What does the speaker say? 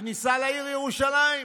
הכניסה לעיר ירושלים.